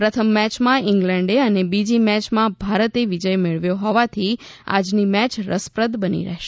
પ્રથમ મેચમાં ઇંગ્લેન્ડે અને બીજી મેયમાં ભારતે વિજય મેળવ્યો હોવાથી આજની મેચ રસપ્રદ બની રહેશે